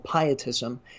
pietism